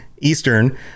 Eastern